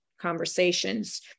conversations